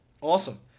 Awesome